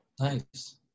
Nice